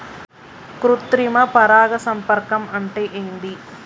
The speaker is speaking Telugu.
కృత్రిమ పరాగ సంపర్కం అంటే ఏంది?